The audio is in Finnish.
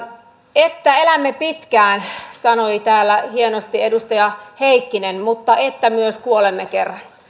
että elämme pitkään sanoi täällä hienosti edustaja heikkinen mutta että myös kuolemme kerran